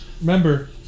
remember